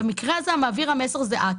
במקרה הזה מעביר המסר זה את.